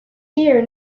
here